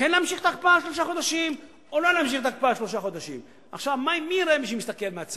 כן להמשיך את ההקפאה שלושה חודשים או לא להמשיך את ההקפאה שלושה חודשים.